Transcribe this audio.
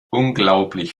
unglaublich